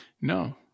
no